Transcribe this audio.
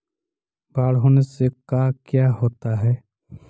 बाढ़ होने से का क्या होता है?